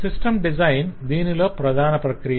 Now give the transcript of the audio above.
system design దీనిలో ప్రధాన ప్రక్రియ